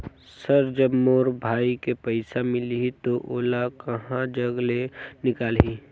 Sir जब मोर भाई के पइसा मिलही तो ओला कहा जग ले निकालिही?